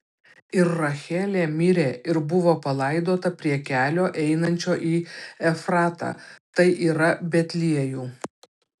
ir rachelė mirė ir buvo palaidota prie kelio einančio į efratą tai yra betliejų